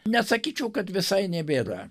nesakyčiau kad visai nebėra